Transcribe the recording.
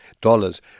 dollars